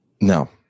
No